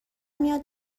میاد